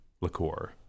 liqueur